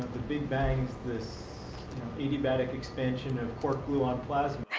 big bangs, this adiabatic expansion of quark-gluon plasma.